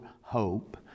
hope